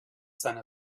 seine